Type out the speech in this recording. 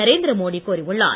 நரேந்திர மோடி கூறியுள்ளார்